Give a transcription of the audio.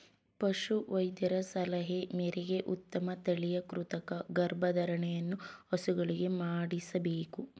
ಪಶು ವೈದ್ಯರ ಸಲಹೆ ಮೇರೆಗೆ ಉತ್ತಮ ತಳಿಯ ಕೃತಕ ಗರ್ಭಧಾರಣೆಯನ್ನು ಹಸುಗಳಿಗೆ ಮಾಡಿಸಬೇಕು